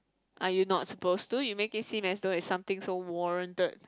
are you not supposed to you make it seem as though it's something so warranted